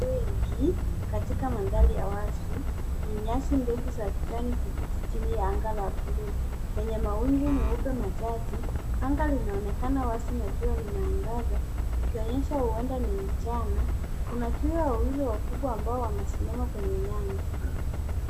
Wengi kati mandhari ya wazi ,yenye nyasi ndefu za kijani kibichi ,chini ya anga la blue ,lenye mawingu meupe machache. Anga linaonekana wazi na jua linaangaza ikionyesha huenda ni mchana. Kuna twiga wawili wakiwa wamesimama kwenye nyasi.